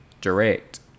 Direct